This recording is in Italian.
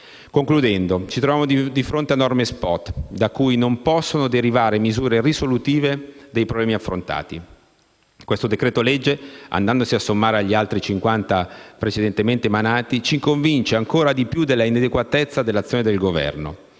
Concludendo, ci troviamo di fronte a norme *spot*, da cui poi non possono derivare misure risolutive dei problemi affrontati. Questo decreto-legge, andandosi a sommare agli altri 50 precedentemente emanati, ci convince ancora di più della inadeguatezza dell'azione del Governo.